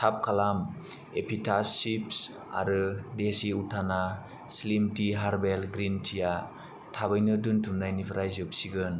थाब खालाम एपिटास चिप्स आरो देसि उथाना स्लिम टि हार्बेल ग्रिन टिआ थाबैनो दोनथुमनायनिफ्राय जोबसिगोन